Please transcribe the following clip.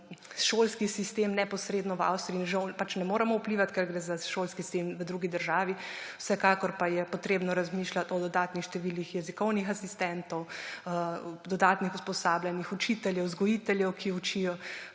šolski sistem neposredno v Avstriji žal pač ne moremo vplivati, ker gre za šolski sistem v drugi državi, vsekakor pa je potrebno razmišljati o dodatnih številih jezikovnih asistentov, dodatnih usposabljanjih učiteljev, vzgojiteljev, ki učijo,